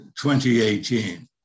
2018